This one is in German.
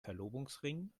verlobungsring